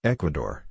Ecuador